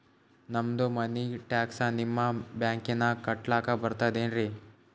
ನಮ್ದು money tax ನಿಮ್ಮ ಬ್ಯಾಂಕಿನಾಗ ಕಟ್ಲಾಕ ಬರ್ತದೇನ್ರಿ?